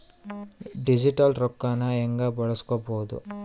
Digital ರೊಕ್ಕನ ಹ್ಯೆಂಗ ಬಳಸ್ಕೊಬೊದು?